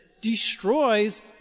destroys